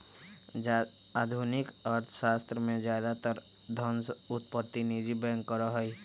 आधुनिक अर्थशास्त्र में ज्यादातर धन उत्पत्ति निजी बैंक करा हई